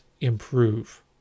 improve